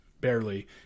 barely